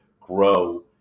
grow